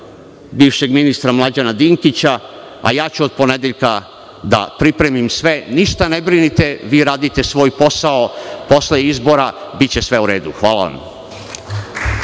bivšeg ministra Mlađana Dinkića, a ja ću od ponedeljka da pripremim sve. Ništa ne brinite, vi radite svoj posao, posle izbora biće sve u redu. Hvala vam.